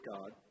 God